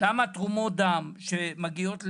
למה תרומות דם שמגיעות למד"א,